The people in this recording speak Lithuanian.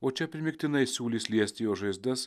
o čia primygtinai siūlys liesti jo žaizdas